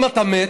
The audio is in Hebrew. אם אתה מת,